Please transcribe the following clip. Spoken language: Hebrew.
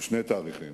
בשני תאריכים.